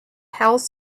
health